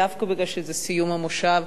דווקא מפני שזה סיום המושב,